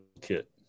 kit